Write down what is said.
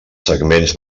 segments